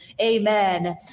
Amen